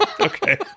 Okay